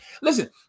Listen